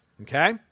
okay